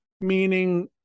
Meaning